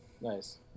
Nice